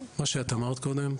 מה שאת אמרת קודם,